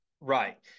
Right